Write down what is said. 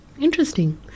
interesting